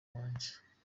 wanjye